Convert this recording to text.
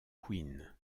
queen